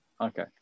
Okay